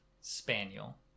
spaniel